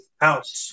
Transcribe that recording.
house